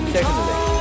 Secondly